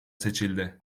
seçildi